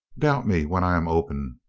doubt me when i am open.